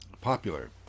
popular